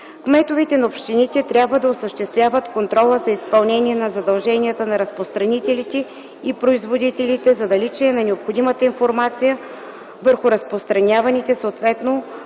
Кметовете на общините трябва да осъществяват контрола за изпълнение на задълженията на разпространителите и производителите за наличие на необходимата информация върху разпространяваните, съответно